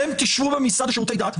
אתם תשבו במשרד לשירותי דת,